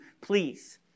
please